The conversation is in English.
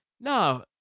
no